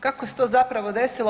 Kako se to zapravo desilo?